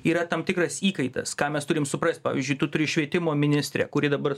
yra tam tikras įkaitas ką mes turim suprast pavyzdžiui tu turi švietimo ministrę kuri dabar